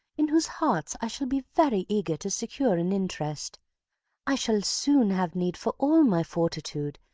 in whose hearts i shall be very eager to secure an interest i shall soon have need for all my fortitude,